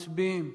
מצביעים.